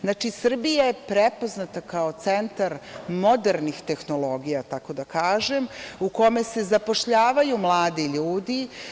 Znači, Srbija je prepoznata kao centar modernih tehnologija tako da kažem, u kome se zapošljavaju mladi ljudi.